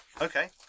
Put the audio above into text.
Okay